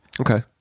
Okay